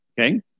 Okay